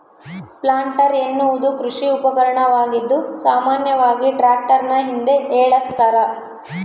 planter ಎನ್ನುವುದು ಕೃಷಿ ಉಪಕರಣವಾಗಿದ್ದು ಸಾಮಾನ್ಯವಾಗಿ ಟ್ರಾಕ್ಟರ್ನ ಹಿಂದೆ ಏಳಸ್ತರ